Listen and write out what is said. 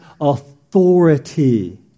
authority